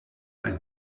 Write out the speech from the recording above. ein